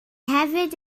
hefyd